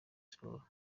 sports